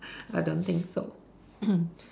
I don't think so